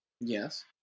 Yes